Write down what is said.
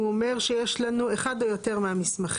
הוא אומר שיש לנו אחד או יותר מהמסמכים,